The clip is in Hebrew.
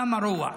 כמה רוע.